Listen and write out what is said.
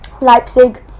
Leipzig